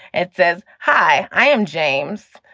it says, hi, i am james,